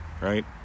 right